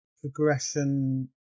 progression